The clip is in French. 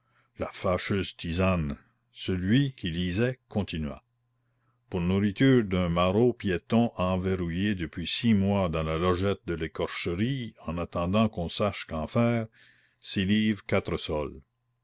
la fâcheuse tisane celui qui lisait continua pour nourriture d'un maraud piéton enverrouillé depuis six mois dans la logette de l'écorcherie en attendant qu'on sache qu'en faire six livres quatre sols